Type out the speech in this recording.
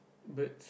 birds